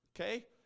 Okay